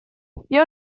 wir